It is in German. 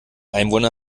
einwohner